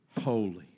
holy